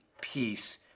peace